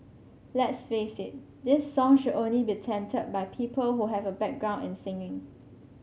let's face it this song should only be attempted by people who have a background in singing